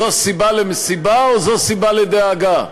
זו סיבה למסיבה או זו סיבה לדאגה?